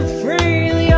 freely